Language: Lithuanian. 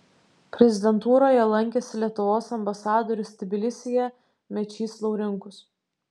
prezidentūroje lankėsi lietuvos ambasadorius tbilisyje mečys laurinkus